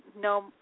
No